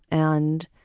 and.